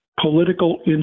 political